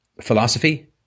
philosophy